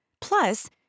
Plus